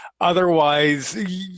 Otherwise